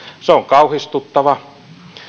se on kauhistuttava